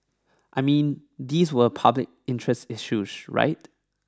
I mean these were public interest issues right